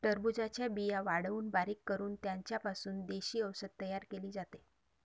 टरबूजाच्या बिया वाळवून बारीक करून त्यांचा पासून देशी औषध तयार केले जाते